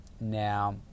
now